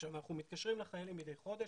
אנחנו מתקשרים לחיילים מדי חודש,